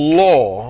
law